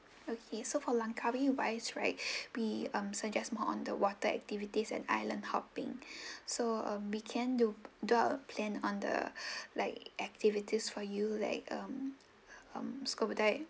okay so for langkawi wise right we um suggest more on the water activities and island hopping so um weekend will do a plan on the like activities for you like um um scuba dive